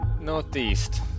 northeast